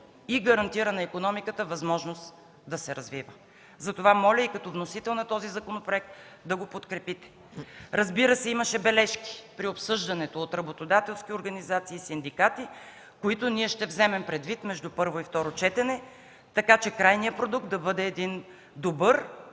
и гарантира на икономиката възможност да се развива. Затова моля и като вносител на този законопроект да го подкрепите. Разбира се, при обсъждането имаше бележки от работодателски организации, от синдикати, които ще вземем предвид между първо и второ четене, така че крайният продукт да бъде добър